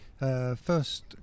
First